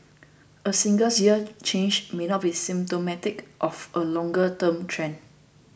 a singles year change may not be symptomatic of a longer term trend